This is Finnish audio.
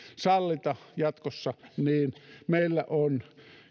sallita jatkossa niin meillä on